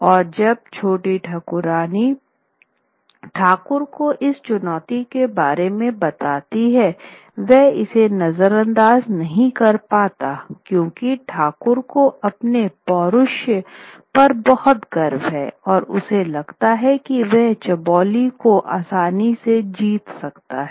और जब छोटी ठाकुरायन ठाकुर को इस चुनौती के बारे में बताती है वह इसे नजरअंदाज नहीं कर पता क्यूंकि ठाकुर को अपने पौरुष पर बहुत गर्व है और उसे लगता था की वह चबोली को आसानी से जीत सकता है